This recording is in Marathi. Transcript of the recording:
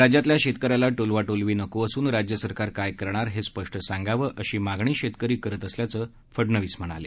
राज्यातल्या शेतकऱ्याला टोलवाटोलवी नको असून राज्य सरकार काय करणार हे स्पष्ट सांगावं अशी मागणी शेतकरी करत असल्याचं फडणवीस म्हणाले